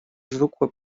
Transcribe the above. zwykłe